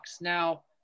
Now